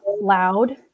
loud